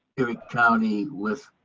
erie county with